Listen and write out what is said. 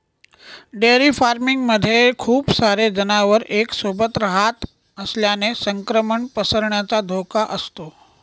dairy farming मध्ये खूप सारे जनावर एक सोबत रहात असल्याने संक्रमण पसरण्याचा धोका असतो